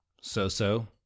so-so